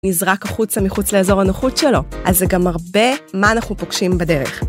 נזרק החוצה, מחוץ לאזור הנוחות שלו. אז זה גם הרבה מה אנחנו פוגשים בדרך.